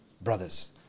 brothers